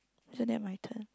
isn't that my turn